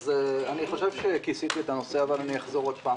אני חושב שכיסיתי את הנושא אבל אחזור אליו עוד פעם.